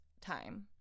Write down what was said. time